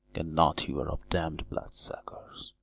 a knot you are of damned blood-suckers.